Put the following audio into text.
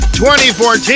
2014